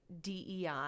DEI